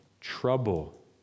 trouble